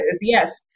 Yes